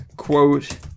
Quote